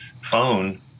phone